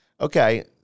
okay